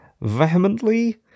vehemently